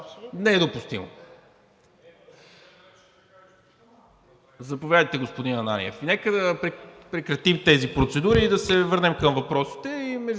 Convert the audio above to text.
Не е допустимо. Заповядайте, господин Ананиев. Нека да прекратим тези процедури и да се върнем към въпросите.